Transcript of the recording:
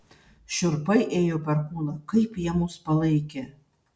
šiurpai ėjo per kūną kaip jie mus palaikė